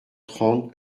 trente